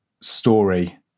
story